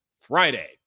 Friday